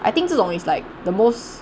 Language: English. I think 只种 is like the most